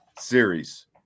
Series